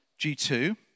G2